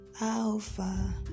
Alpha